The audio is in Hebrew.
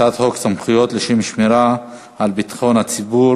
הצעת חוק סמכויות לשם שמירה על ביטחון הציבור